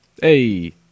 Hey